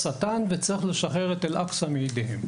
עוזרי השטן וצריך לשחרר את אל - אקצה מידיהם״.